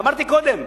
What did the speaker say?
ואמרתי קודם,